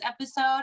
episode